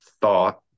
thought